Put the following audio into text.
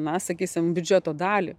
na sakysim biudžeto dalį